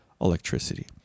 electricity